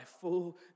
full